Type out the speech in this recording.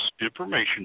information